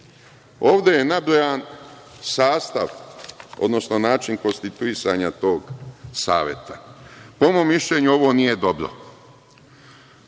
Ovde je nabrojan sastav, odnosno način konstituisanja tog Saveta. Po mom mišljenju, ovo nije dobro.